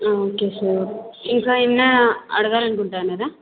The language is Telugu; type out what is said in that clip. ఓకే సార్ ఇంకా ఏమన్నా అడగాలనుకుంటున్నారా